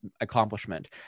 accomplishment